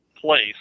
place